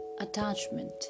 attachment